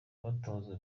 batozwa